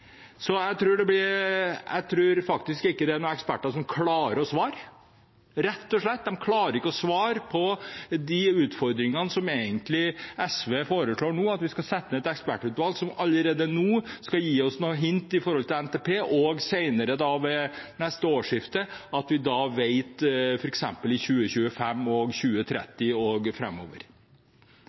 Jeg tror faktisk ikke det er noen eksperter som klarer å svare, rett og slett, de klarer ikke å svare på de utfordringene som SV nå foreslår at vi skal sette ned et ekspertutvalg for å løse – et ekspertutvalg som allerede nå skal gi oss noen hint om NTP, og senere, ved neste årsskifte, om f.eks. 2025, 2030 og videre framover. Vi hadde et ekspertutvalg som leverte sin rapport for to år siden, og